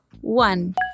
one